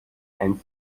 and